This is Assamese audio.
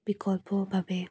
বিকল্পৰ বাবে